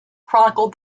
chronicled